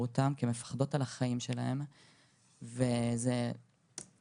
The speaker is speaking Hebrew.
אותן כי הן מפחדות על החיים שלהן וזה מושג